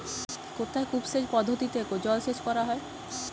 কোথায় কূপ সেচ পদ্ধতিতে জলসেচ করা হয়?